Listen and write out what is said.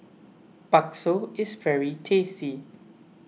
Bakso is very tasty